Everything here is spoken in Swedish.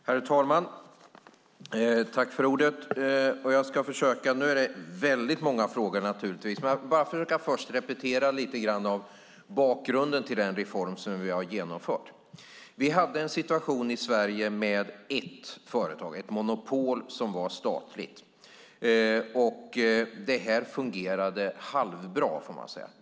Herr talman! Det var väldigt många frågor. Jag vill först repetera lite om bakgrunden till den reform som vi har genomfört. Vi hade en situation i Sverige med ett enda företag, ett monopol som var statligt. Det fungerade halvbra, får man säga.